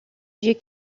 vieux